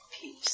peace